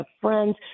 friends